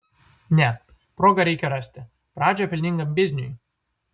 ne progą reikia rasti pradžią pelningam bizniui